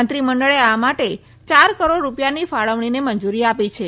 મંત્રીમંડળે આ માટે ચાર કરોડ રૂપિયાની ફાળવણીને મંજૂરી આપી છે